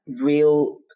real